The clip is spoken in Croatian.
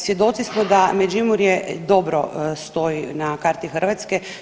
Svjedoci smo da Međimurje dobro stoji na karti Hrvatske.